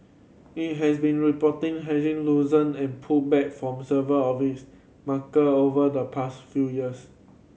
it has been reporting hefty loosen and pulled back from several of its marker over the past few years